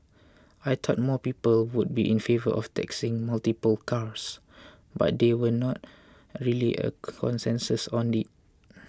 I thought more people would be in favour of taxing multiple cars but there were not really a consensus on it